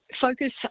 focus